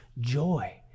Joy